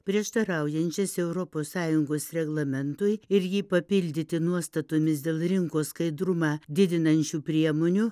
prieštaraujančias europos sąjungos reglamentui ir jį papildyti nuostatomis dėl rinkos skaidrumą didinančių priemonių